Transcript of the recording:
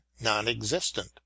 non-existent